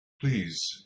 Please